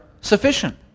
sufficient